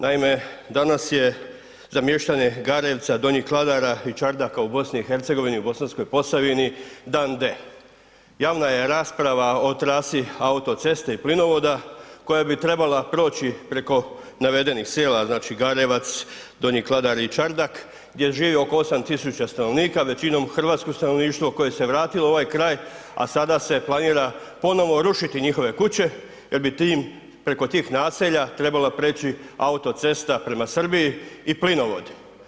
Naime, danas je za mještane Garevca, Donjih Kladara i Čardaka u BiH i Bosanskoj Posavini dan D. javna je rasprava o trasi autoceste i plinovoda koja bi trebala proći preko navedenih sela znači Garevca, Donjih Kladara i Čardaka gdje živi oko 8.000 stanovnika većinom hrvatsko stanovništvo koje se vratilo u ovaj kraj, a sada se planira ponovo rušiti njihove kuće jer bi preko tih naselja trebala prijeći autocesta prema Srbiji i plinovod.